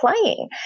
playing